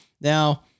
now